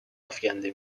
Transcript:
افکنده